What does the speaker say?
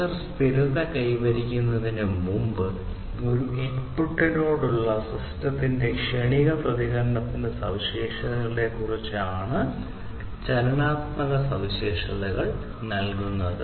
sensor സ്ഥിരത കൈവരിക്കുന്നതിന് മുമ്പ് ഒരു ഇൻപുട്ടിനോടുള്ള സിസ്റ്റത്തിന്റെ ക്ഷണിക പ്രതികരണത്തിന്റെ സവിശേഷതകളെക്കുറിച്ചാണ് ചലനാത്മക സവിശേഷതകൾ നൽകുന്നത്